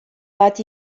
bat